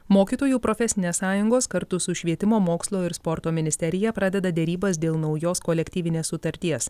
mokytojų profesinės sąjungos kartu su švietimo mokslo ir sporto ministerija pradeda derybas dėl naujos kolektyvinės sutarties